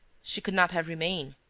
she could not have remained.